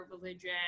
religion